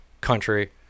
country